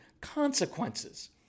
consequences